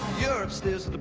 you're upstairs